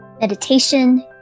Meditation